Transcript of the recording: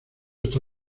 está